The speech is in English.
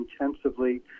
intensively